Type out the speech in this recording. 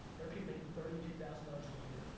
there are people making thirty two thousand dollars a year,